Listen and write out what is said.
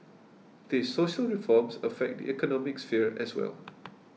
these social reforms affect the economic sphere as well